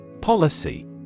Policy